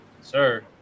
sir